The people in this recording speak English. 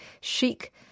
chic